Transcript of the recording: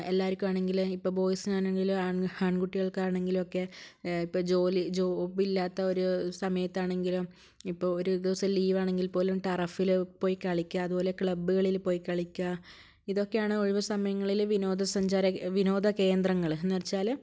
എല്ലാവർക്കും ആണെങ്കിൽ ഇപ്പോൾ ബോയ്സിനാണെങ്കിൽ ആൺ ആൺകുട്ടികൾക്കാണെങ്കിലുമൊക്കെ ഇപ്പോൾ ജോലി ജോബില്ലാത്തവർ സമയത്താണെങ്കിലും ഇപ്പോൾ ഒരു ദിവസം ലീവാണെങ്കിൽപോലും ടറഫിൽ പോയി കളിക്കുക അതുപോലെ ക്ലബ്ബ്കളിൽപോയി കളിക്കുക ഇതൊക്കെയാണ് ഒഴിവുസമയങ്ങളിൽ വിനോദസഞ്ചാരകേന്ദ്രം വിനോദകേന്ദ്രങ്ങൾ എന്നുവെച്ചാൽ